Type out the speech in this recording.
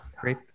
great